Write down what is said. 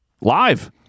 live